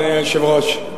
אדוני היושב-ראש,